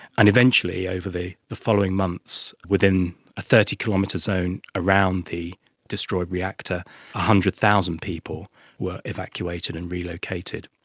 and eventually over the the following months within a thirty kilometre zone around the destroyed reactor, one ah hundred thousand people were evacuated and relocated.